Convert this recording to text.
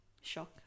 shock